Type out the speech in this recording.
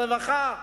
ברווחה,